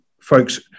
folks